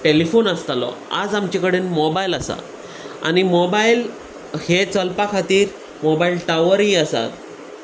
telephone आसतालो आज आमचे कडेन मोबायल आसा आनी मोबायल हे चलपा खातीर मोबायल टावरय आसात